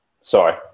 Sorry